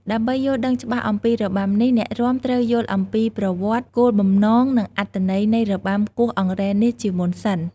ដើម្បីយល់ដឹងច្បាស់អំពីរបាំនេះ អ្នករាំត្រូវយល់អំពីប្រវត្តិ, គោលបំណង, និងអត្ថន័យនៃរបាំគោះអង្រែនេះជាមុនសិន។